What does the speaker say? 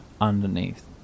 underneath